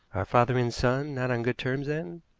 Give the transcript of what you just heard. father and son not on good terms, then?